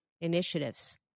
initiatives